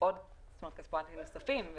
כספומטים נוספים,